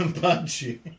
punchy